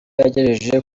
yagejeje